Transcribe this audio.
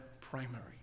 primary